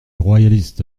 royaliste